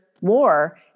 war